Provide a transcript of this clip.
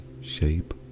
shape